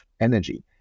energy